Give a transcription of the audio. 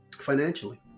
financially